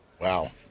Wow